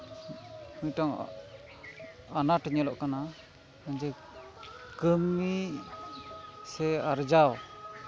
ᱢᱤᱫᱴᱟᱱ ᱟᱱᱟᱴ ᱧᱮᱞᱚᱜ ᱠᱟᱱᱟ ᱡᱮ ᱠᱟᱹᱢᱤ ᱥᱮ ᱟᱨᱡᱟᱣ